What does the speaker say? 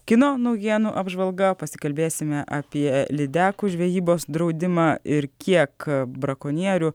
kino naujienų apžvalga pasikalbėsime apie lydekų žvejybos draudimą ir kiek brakonierių